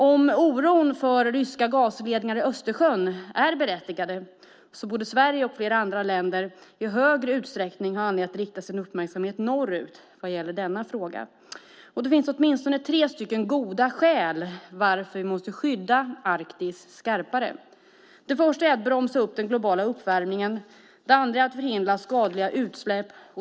Om oron för ryska gasledningar i Östersjön är berättigad borde Sverige och flera andra länder i ännu högre utsträckning ha anledning att rikta sin uppmärksamhet norrut. Det finns åtminstone tre goda skäl till varför vi måste skydda Arktis bättre. Det första är att bromsa upp den globala uppvärmningen. Det andra är att förhindra skadliga utsläpp.